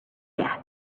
death